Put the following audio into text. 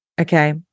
okay